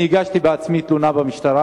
אני עצמי הגשתי תלונה במשטרה,